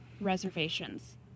reservations